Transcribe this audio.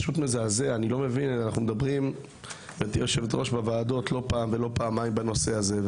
אנחנו מדברים בוועדות לא פעם ולא פעמיים על הנושא הזה,